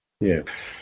Yes